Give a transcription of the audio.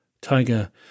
Tiger